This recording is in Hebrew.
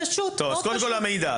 קודם כול המידע,